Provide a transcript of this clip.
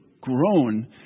grown